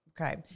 okay